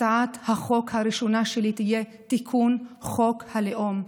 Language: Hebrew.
הצעת החוק הראשונה שלי תהיה תיקון חוק הלאום.